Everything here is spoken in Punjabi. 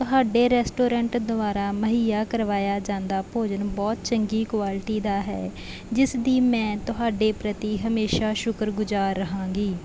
ਤੁਹਾਡੇ ਰੈਸਟੋਰੈਂਟ ਦੁਆਰਾ ਮੁਹੱਈਆ ਕਰਵਾਇਆ ਜਾਂਦਾ ਭੋਜਨ ਬਹੁਤ ਚੰਗੀ ਕੁਆਲਿਟੀ ਦਾ ਹੈ ਜਿਸ ਦੀ ਮੈਂ ਤੁਹਾਡੇ ਪ੍ਰਤੀ ਹਮੇਸ਼ਾਂ ਸ਼ੁਕਰ ਗੁਜ਼ਾਰ ਰਹਾਂਗੀ